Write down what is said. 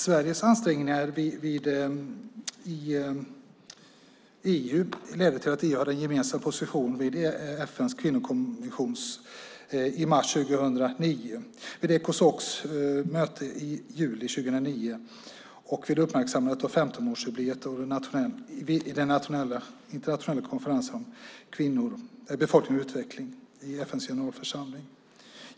Sveriges ansträngningar i EU ledde till att EU hade en gemensam position vid FN:s kvinnokommission i mars 2009, vid Ecosocs möte i juli 2009 och vid uppmärksammandet av 15-årsjubileet av den internationella konferensen om kvinnor, befolkning och utveckling i FN:s generalförsamling.